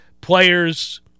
Players